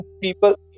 people